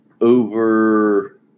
over